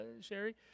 Sherry